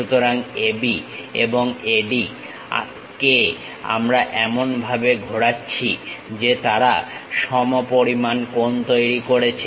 সুতরাং AB এবং AD কে আমরা এমনভাবে ঘোরাচ্ছি যে তারা সমপরিমাণ কোণ তৈরি করেছে